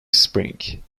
spring